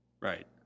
Right